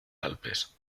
alpes